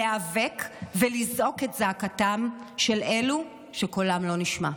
להיאבק ולזעוק את זעקתם של אלו שקולם לא נשמע.